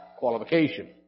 Qualification